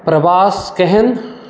प्रवास केहन